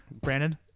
Brandon